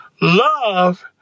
love